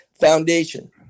foundation